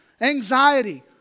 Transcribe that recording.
Anxiety